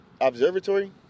Observatory